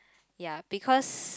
ya because